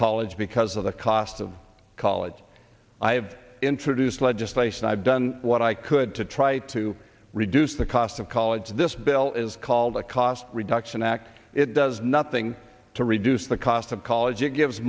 college because of the cost of college i have introduced legislation i've done what i could to try to reduce the cost of college this bill is called a cost reduction act it does nothing to reduce the cost of college it gives